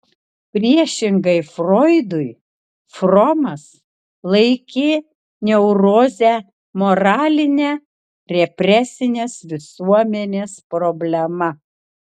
priešingai froidui fromas laikė neurozę moraline represinės visuomenės problema